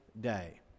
day